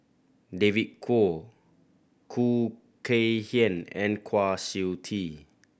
David Kwo Khoo Kay Hian and Kwa Siew Tee